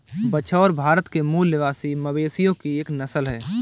बछौर भारत के मूल निवासी मवेशियों की एक नस्ल है